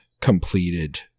completed